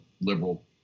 liberal